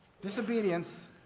disobedience